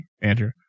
Andrew